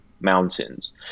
mountains